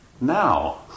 now